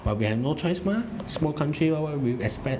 but we have no choice mah small country lor what we expect